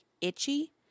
itchy